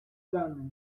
ганой